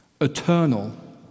eternal